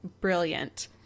brilliant